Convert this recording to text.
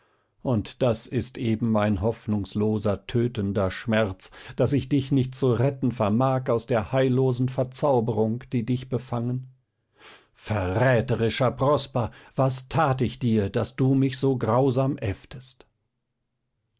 und das ist eben mein hoffnungsloser tötender schmerz daß ich dich nicht zu retten vermag aus der heillosen verzauberung die dich befangen verräterischer prosper was tat ich dir daß du mich so grausam äfftest